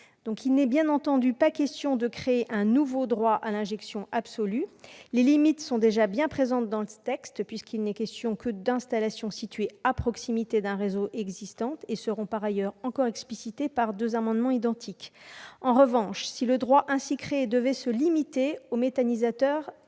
Il n'est bien évidemment pas question de créer un nouveau droit à l'injection absolu. Les limites sont déjà bien définies dans le texte, puisqu'il n'est question que d'installations situées à proximité d'un réseau existant. Elles seront encore explicitées par le biais de deux amendements identiques. En revanche, si le droit ainsi créé devait se limiter aux méthaniseurs